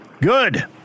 Good